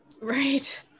Right